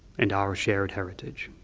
and our shared heritage.